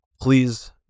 please